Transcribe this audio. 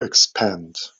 expand